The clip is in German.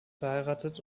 verheiratet